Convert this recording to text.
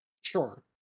Sure